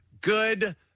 Good